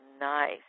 nice